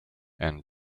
and